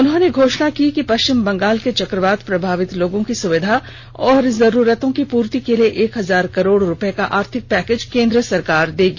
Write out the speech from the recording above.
उन्होंने घोषणा की कि पश्चिम बंगाल के चक्रवात प्रभावित लोगों की सुविधा और जरूरतों की पूर्ति के लिए एक हजार करोड़ रुपये का आर्थिक पैकेज केंद्र सरकार देगी